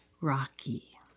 rocky